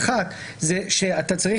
האחת היא שאתה צריך,